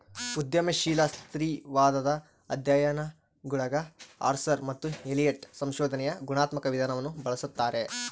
ಉದ್ಯಮಶೀಲ ಸ್ತ್ರೀವಾದದ ಅಧ್ಯಯನಗುಳಗಆರ್ಸರ್ ಮತ್ತು ಎಲಿಯಟ್ ಸಂಶೋಧನೆಯ ಗುಣಾತ್ಮಕ ವಿಧಾನವನ್ನು ಬಳಸ್ತಾರೆ